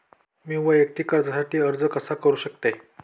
मी वैयक्तिक कर्जासाठी अर्ज कसा करु शकते?